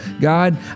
God